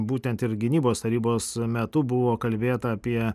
būtent ir gynybos tarybos metu buvo kalbėta apie